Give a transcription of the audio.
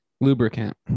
lubricant